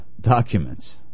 documents